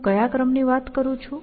હું કયા ક્રમ ની વાત કરું છું